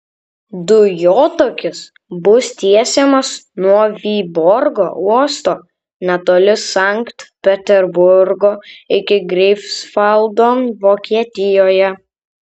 dujotakis bus tiesiamas nuo vyborgo uosto netoli sankt peterburgo iki greifsvaldo vokietijoje